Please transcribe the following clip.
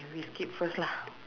we skip first lah